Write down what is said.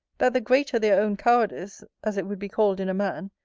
that the greater their own cowardice, as it would be called in a man,